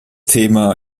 thema